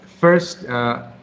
first